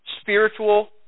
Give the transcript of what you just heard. Spiritual